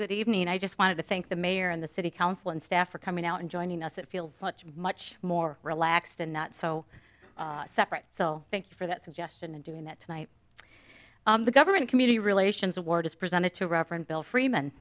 good evening and i just wanted to thank the mayor and the city council and staff are coming out and joining us it feels much much more relaxed and not so separate so thank you for that suggestion and doing that tonight the government community relations award is presented to reverend bill freeman